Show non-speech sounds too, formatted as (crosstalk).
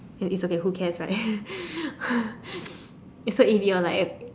uh it's okay who cares right (laughs) is so if you're like a